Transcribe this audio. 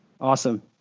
Awesome